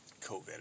COVID